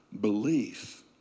belief